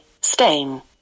stain